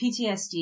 PTSD